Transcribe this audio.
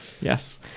yes